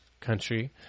country